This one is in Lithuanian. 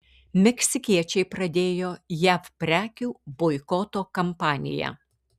meksikiečiai pradėjo jav prekių boikoto kampaniją